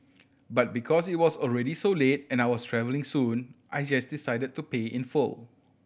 but because it was already so late and I was travelling soon I just decided to pay in full